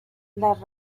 las